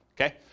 okay